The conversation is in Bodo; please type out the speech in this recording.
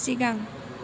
सिगां